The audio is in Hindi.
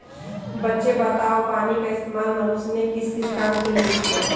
बच्चे बताओ पानी का इस्तेमाल मनुष्य ने किस किस काम के लिए किया?